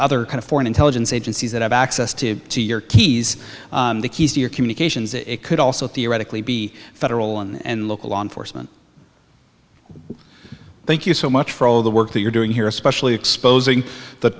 other kind of foreign intelligence agencies that have access to your keys the keys to your communications it could also theoretically be federal and local law enforcement thank you so much for all the work that you're doing here especially exposing the